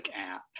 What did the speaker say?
app